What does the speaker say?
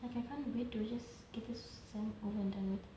like I can't wait to just get this semester over and done with